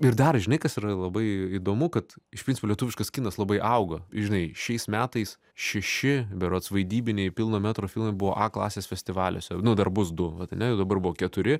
ir dar žinai kas yra labai įdomu kad iš principo lietuviškas kinas labai augo žinai šiais metais šeši berods vaidybiniai pilno metro filmai buvo a klasės festivaliuose nu dar bus du vat ane dabar buvo keturi